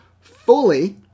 fully